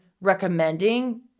recommending